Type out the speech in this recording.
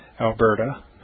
Alberta